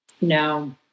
No